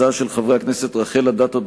של חברי הכנסת רחל אדטו,